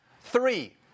Three